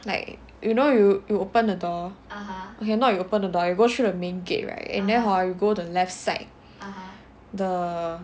like you know you you open the door you open the door you go through the main gate right and then hor you go to the left side the